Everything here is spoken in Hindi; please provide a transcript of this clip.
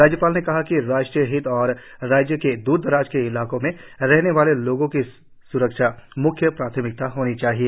राज्यपाल ने कहा कि राष्ट्रीय हित और राज्य के दूर दराज के इलाकों में रहने वाले लोगों की सुरक्षा म्ख्य प्राथमिकता होनी चाहिए